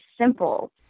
simple